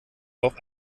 auch